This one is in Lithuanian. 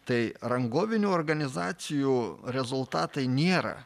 tai rangovinių organizacijų rezultatai nėra